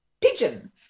pigeon